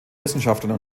wissenschaftlern